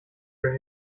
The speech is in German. euch